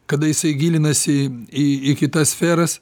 kada jisai gilinasi į į kitas sferas